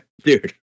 Dude